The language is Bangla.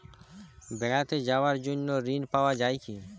বেড়াতে যাওয়ার জন্য ঋণ পাওয়া যায় কি?